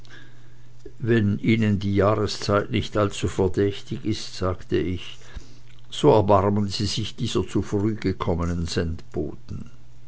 wenn ihnen die jahrszeit nicht allzu verdächtig ist sagte ich so erbarmen sie sich dieser zu früh gekommenen